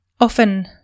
Often